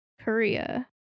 Korea